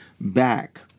back